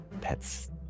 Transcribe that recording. pets